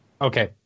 Okay